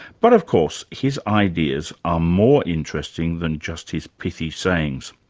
but of course his ideas are more interesting than just his pithy sayings,